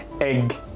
egg